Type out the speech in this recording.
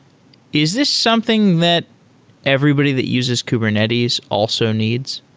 is this something that everybody that uses kubernetes also needs?